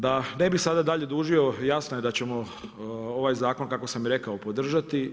Da ne bih sada dalje dužio jasno je da ćemo ovaj zakon kako sam i rekao podržati.